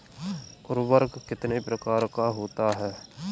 उर्वरक कितने प्रकार का होता है?